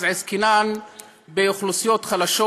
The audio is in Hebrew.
אז באוכלוסיות חלשות